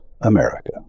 America